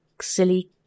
silly